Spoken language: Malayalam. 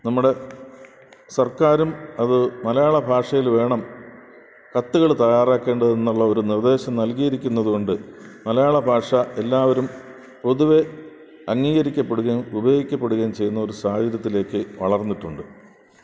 നമ്മടെ സർക്കാരും അത് മലയാള ഭാഷയിൽ വേണം കത്തുകള് തയ്യാറാക്കേണ്ടതെന്നുള്ള ഒരു നിർദ്ദേശം നൽകിയിരിക്കുന്നതുകൊണ്ട് മലയാള ഭാഷ എല്ലാവരും പൊതുവെ അംഗീകരിക്കപ്പെടുകയും ഉപയോഗിക്കപ്പെടുകയും ചെയ്യുന്നൊരു സാഹചര്യത്തിലേക്ക് വളർന്നിട്ടുണ്ട്